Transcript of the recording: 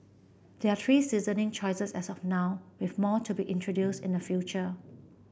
there are three seasoning choices as of now with more to be introduce in the future